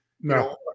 No